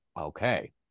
Okay